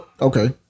Okay